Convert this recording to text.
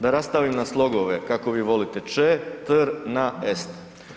Da rastavim na slogove, kako vi volite, če-tr-na-est.